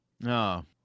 No